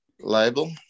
label